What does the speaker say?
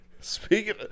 speaking